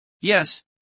Yes